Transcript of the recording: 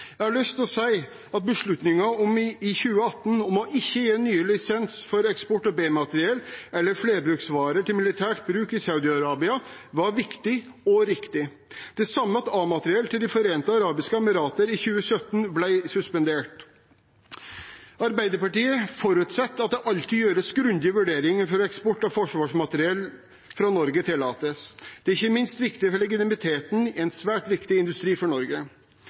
Jeg har lyst til å si at beslutningen fra 2018 om ikke å gi nye lisenser for eksport av B-materiell eller flerbruksvarer til militær bruk i Saudi-Arabia var viktig og riktig. Det samme gjelder at A-materiell til De forente arabiske emirater ble suspendert i 2017. Arbeiderpartiet forutsetter at det alltid gjøres grundige vurderinger før eksport av forsvarsmateriell fra Norge tillates. Det er ikke minst viktig for legitimiteten til en svært viktig industri for Norge.